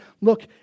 look